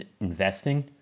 investing